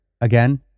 Again